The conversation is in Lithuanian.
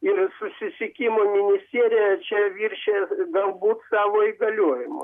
ir susisiekimo ministerija čia viršijo galbūt savo įgaliojimus